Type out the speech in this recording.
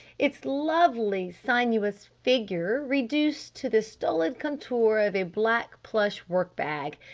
its lovely sinuous figure reduced to the stolid contour of a black plush work-bag,